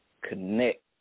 connect